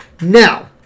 Now